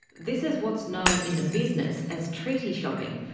this is what's known in the business as treaty shopping,